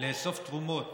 לאסוף תרומות